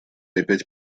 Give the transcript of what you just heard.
опять